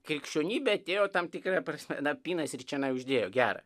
krikščionybė atėjo tam tikra prasme apynasrį čionai uždėjo gerą